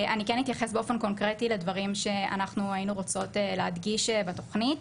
אני כן אתייחס באופן קונקרטי לדברים שאנחנו היינו רוצות להדגיש בתוכנית,